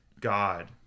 God